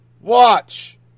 watch